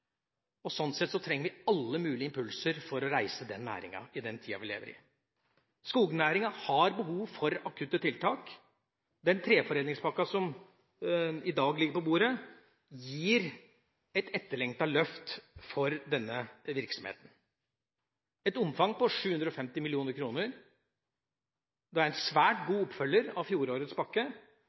Sånn sett trenger vi alle mulige impulser for å reise denne næringa i den tida vi lever i. Skognæringa har behov for akutte tiltak. Den treforedlingspakka som i dag ligger på bordet, gir et etterlengtet løft for denne virksomheten. Med et omfang på 750 mill. kr er det en svært god oppfølger av fjorårets pakke.